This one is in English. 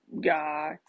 guy